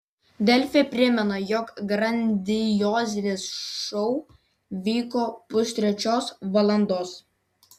delfi primena jog grandiozinis šou vyko pustrečios valandos